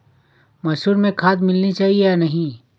मसूर में खाद मिलनी चाहिए या नहीं?